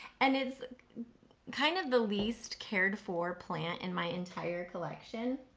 and it's kind of the least cared for plant in my entire collection.